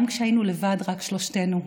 גם כשהיינו לבד רק שלושתנו,